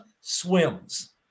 swims